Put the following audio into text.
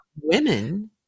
women